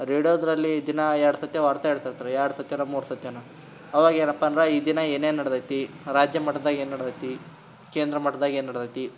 ರೇಡಿಯೋದ್ರಲ್ಲಿ ದಿನಾ ಎರಡು ಸಲ ವಾರ್ತೆ ಇರ್ತದ್ರಿ ಎರಡು ಸಲನೋ ಮೂರು ಸಲನೋ ಆವಾಗ ಏನಪ್ಪ ಅಂದ್ರೆ ಈ ದಿನ ಏನೇನು ನಡ್ದಿದೆ ರಾಜ್ಯಮಟ್ದಲ್ಲಿ ಏನು ನಡ್ದಿದೆ ಕೇಂದ್ರ ಮಟ್ದಲ್ಲಿ ಏನು ನಡ್ದಿದೆ